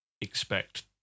expect